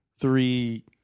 three